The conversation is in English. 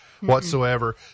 whatsoever